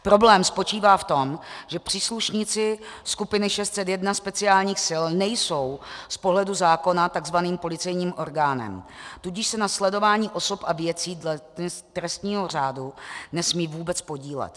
Problém spočívá v tom, že příslušníci skupiny 601 speciálních sil nejsou z pohledu zákona takzvaným policejním orgánem, tudíž se na sledování osob a věcí podle trestního řádu nesmí vůbec podílet.